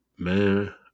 Man